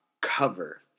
cover